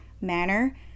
manner